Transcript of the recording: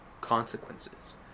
consequences